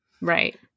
Right